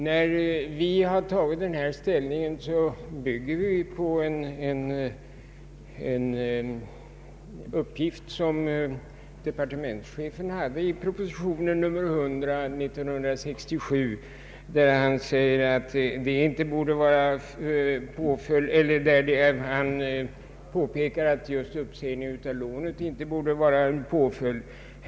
När vi intagit denna ståndpunkt har vi byggt på en uppgift i ett uttalande av departementschefen i proposition nr 100 år 1967. Där påpekade han att just uppsägning av lånet inte borde vara en påföljd.